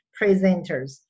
presenters